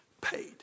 paid